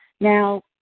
Now